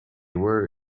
were